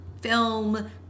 film